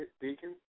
deacon